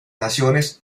naciones